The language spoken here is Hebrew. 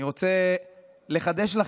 אני רוצה לחדש לכם,